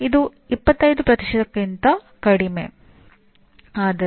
self assessment report ಬಳಸುತ್ತದೆ